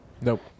Nope